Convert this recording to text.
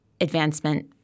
advancement